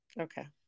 Okay